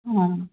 ꯑꯥ